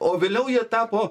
o vėliau jie tapo